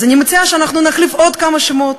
אז אני מציעה שאנחנו נחליף עוד כמה שמות,